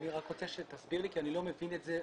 אני רוצה שתסביר לי כי אני לא מבין את זה,